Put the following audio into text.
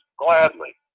gladly